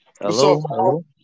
Hello